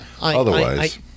otherwise